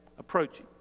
Approaching